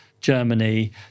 Germany